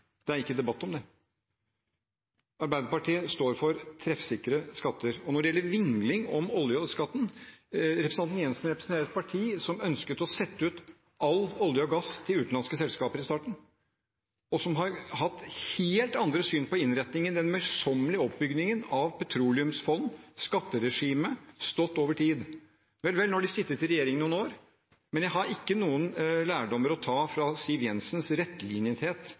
Det er ikke debatt om det. Arbeiderpartiet står for treffsikre skatter. Når det gjelder vingling om oljeskatten: Representanten Siv Jensen representerer et parti som ønsket å sette ut all olje og gass til utenlandske selskaper i starten, og som har hatt helt andre syn på innretningen – den møysommelig oppbyggingen av et petroleumsfond og skatteregimet, som har stått seg over tid. De satt i regjering noen år, men jeg har ikke noen lærdommer å hente fra Siv